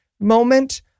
moment